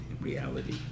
reality